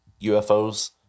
UFOs